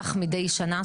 שנה.